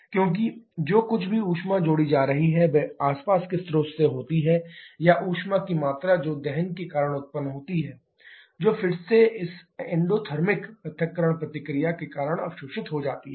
क्योंकि जो कुछ भी ऊष्मा जोड़ी जा रही है वह आसपास के स्रोत से होती है या उष्मा की मात्रा जो दहन के कारण उत्पन्न होती है जो फिर से इस एंडोथर्मिक पृथक्करण प्रतिक्रिया के कारण अवशोषित हो जाएगी